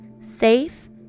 safe